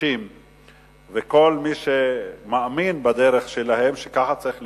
נשים וכל מי שמאמין בדרך שלהם, שככה צריך לפעול,